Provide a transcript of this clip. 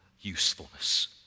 usefulness